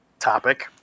topic